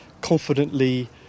confidently